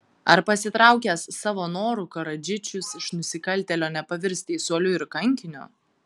ar pasitraukęs savo noru karadžičius iš nusikaltėlio nepavirs teisuoliu ir kankiniu